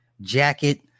jacket